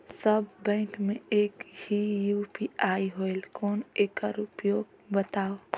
सब bank मे एक ही यू.पी.आई होएल कौन एकर उपयोग बताव?